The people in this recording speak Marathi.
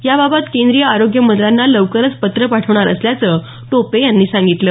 याबाबत केंद्रीय आरोग्यमंत्र्यांना लवकरच पत्र पाठवणार असल्याचं टोपे यांनी सांगितलं